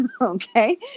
okay